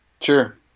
Sure